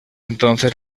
entonces